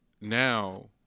now